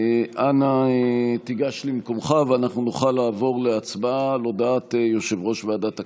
אנא גש למקומך ואנחנו נוכל לעבור להצבעה על הודעת יושב-ראש ועדת הכנסת.